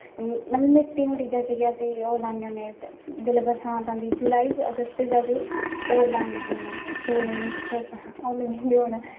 मतलब जेसे कि अस ओह् लाने होने कि अस जिसले बरसांत आंदी जुलाई च अगस्त च आसे चोल लग्गी जंदे होन